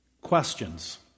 questions